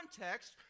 context